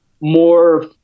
more